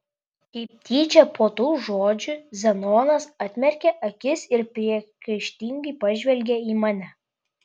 kaip tyčia po tų žodžių zenonas atmerkė akis ir priekaištingai pažvelgė į mane